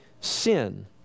sin